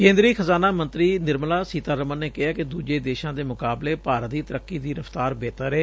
ਕੇਂਦਰੀ ਖਜਾਨਾ ਮੰਤਰੀ ਨਿਰਮਲਾ ਸੀਤਾਰਮਨ ਨੇ ਕਿਹੈ ਕਿ ਦੁਜੇ ਦੇਸ਼ਾਂ ਦੇ ਮੁਕਾਬਲਤਨ ਭਾਰਤ ਦੀ ਤਰੱਕੀ ਦੀ ਰਫਤਾਰ ਬੇਹਤਰ ਹੈ